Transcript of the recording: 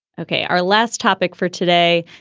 ok, our last topic for today.